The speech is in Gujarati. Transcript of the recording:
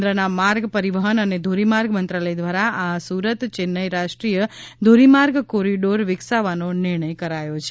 કેન્દ્રના માર્ગ પરિવહન અને ધોરીમાર્ગ મંત્રાલય દ્વારા આ સુરત ચેન્નાઇ રાષ્ટ્રીય ધોરીમાર્ગ કોરીડોર વિકસાવવાનો નિર્ણય કરાયો છે